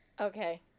Okay